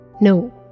no